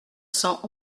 cent